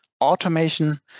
automation